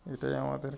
তাই আমাদের